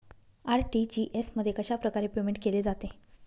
RTGS मध्ये कशाप्रकारे payment केले जाते?